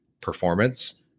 performance